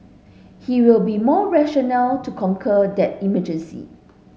he will be more rational to conquer that emergency